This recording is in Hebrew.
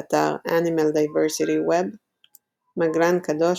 באתר Animal Diversity Web מגלן קדוש,